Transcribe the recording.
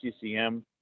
CCM